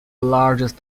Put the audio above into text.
largest